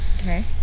Okay